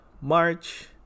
March